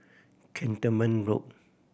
Cantonment Road